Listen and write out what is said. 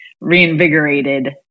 reinvigorated